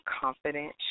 confident